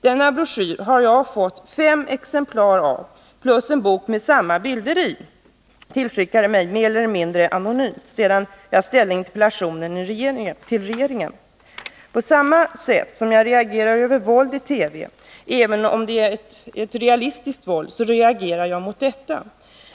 Denna broschyr har jag fått fem exemplar av plus en bok med samma bilder, tillskickade mig mer eller mindre anonymt sedan jag ställde min interpellation till regeringen. På samma sätt som jag reagerar mot våld i TV, även om det är ett realistiskt våld, reagerar jag mot detta.